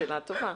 שאלה טובה.